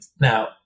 Now